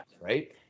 right